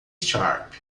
sharp